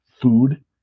food